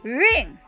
ring